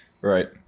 Right